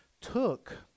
took